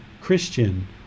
Christian